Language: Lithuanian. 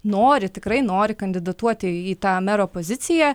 nori tikrai nori kandidatuoti į tą mero poziciją